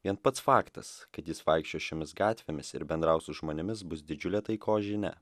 vien pats faktas kad jis vaikščios šiomis gatvėmis ir bendraus su žmonėmis bus didžiulė taikos žinia